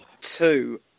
two